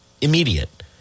immediate